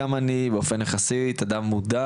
גם אני באופן יחסי אדם מודע